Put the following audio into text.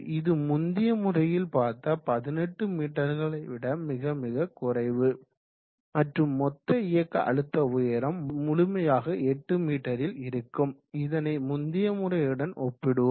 இது முந்தைய முறையில் பார்த்த 18 மீட்டர்களைவிட மிக மிக குறைவு மற்றும் மொத்த இயக்க அழுத்த உயரம் முழுமையாக 8 மீட்டரில் இருக்கும் இதனை முந்தைய முறையுடன் ஒப்பிடுவோம்